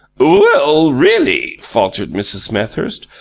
well, really, faltered mrs. smethurst.